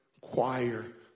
choir